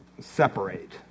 separate